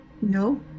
No